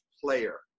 player